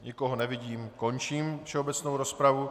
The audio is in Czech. Nikoho nevidím, končím všeobecnou rozpravu.